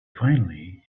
finally